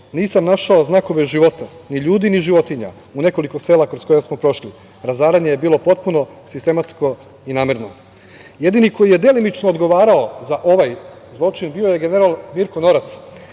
nisam našao znakove života, ni ljudi, ni životinja u nekoliko sela kroz koja smo prošli. Razaranje je bilo potpuno, sistematsko i namerno. Jedini koji je delimično odgovarao za ovaj zločin, bio je general Mirko Norac,